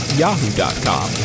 yahoo.com